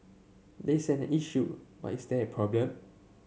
there's an issue but is there a problem